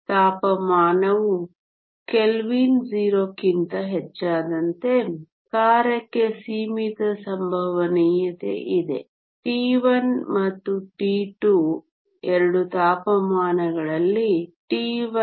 ತಾಪಮಾನವು ಕೆಲ್ವಿನ್ 0 ಕ್ಕಿಂತ ಹೆಚ್ಚಾದಂತೆ ಕಾರ್ಯಕ್ಕೆ ಸೀಮಿತ ಸಂಭವನೀಯತೆ ಇದೆ T1 ಮತ್ತು T2 2 ತಾಪಮಾನಗಳಲ್ಲಿ T1T2